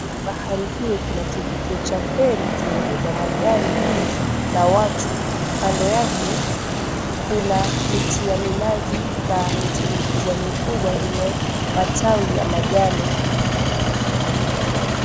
Penye bahari kuna kivukio cha feri kimebeba magari juu ya watu. Kando yake kuna miti ya minazi na miti mikubwa mikubwa yenye matawi ya majani.